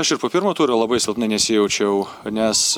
aš ir po pirmo turo labai silpnai nesijaučiau nes